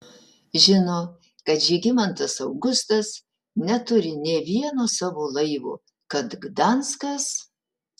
žino kad žygimantas augustas neturi nė vieno savo laivo kad gdanskas